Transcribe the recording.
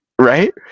right